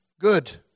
Good